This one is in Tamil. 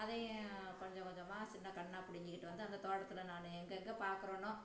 அதையும் கொஞ்ச கொஞ்சமாக சின்னக் கன்னாக பிடிங்கிக்கிட்டு வந்து அந்த தோட்டத்தில் நான் எங்கே எங்கே பார்க்குறனோ